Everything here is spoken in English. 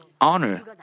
honor